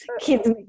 kids